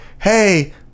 Hey